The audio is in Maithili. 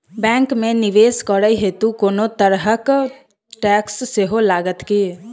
बैंक मे निवेश करै हेतु कोनो तरहक टैक्स सेहो लागत की?